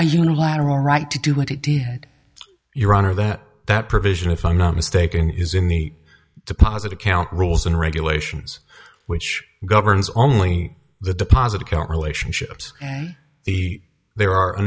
a unilateral right to do what he did your honor that that provision if i'm not mistaken is in the deposit account rules and regulations which governs only the deposit account relationships and there are a